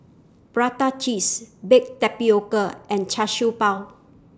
Prata Cheese Baked Tapioca and Char Siew Bao